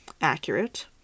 Accurate